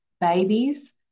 babies